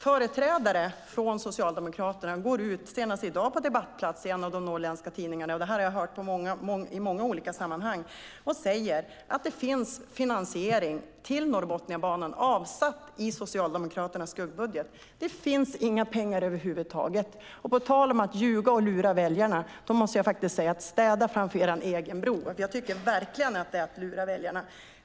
Företrädare för Socialdemokraterna går på debattplats ut, senast i dag, i en av de norrländska tidningarna - och det har jag också hört i många andra sammanhang - och säger att det finns finansiering till Norrbotniabanan i Socialdemokraternas skuggbudget. Där finns inga pengar över huvud taget till den. Vad gäller att ljuga och lura väljarna måste jag därför säga: Städa framför egen dörr! Jag tycker att det verkligen är att lura väljarna.